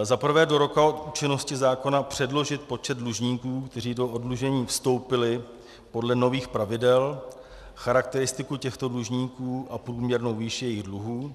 Za prvé, do roka od účinnosti zákona předložit počet dlužníků, kteří do oddlužení vstoupili podle nových pravidel, charakteristiku těchto dlužníků a průměrnou výši jejich dluhů.